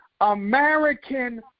American